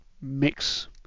mix